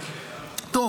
--- מסעדות.